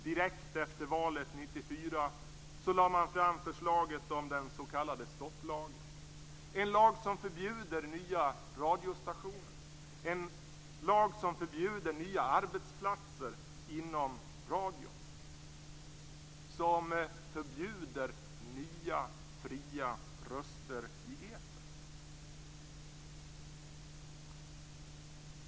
Direkt efter valet 1994 lade man fram förslaget om den s.k. stopplagen, en lag som förbjuder nya radiostationer, en lag som förbjuder nya arbetsplatser inom radion och som förbjuder nya fria röster i etern.